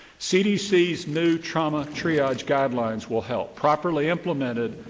cdc's new trauma triage guidelines will help. properly implemented,